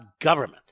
government